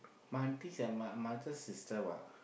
my aunty's at my mother sister what